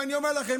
ואני אומר לכם,